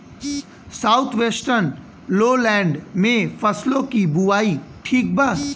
South western lowland में फसलों की बुवाई ठीक बा?